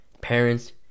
parents